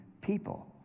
people